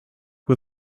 was